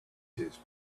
his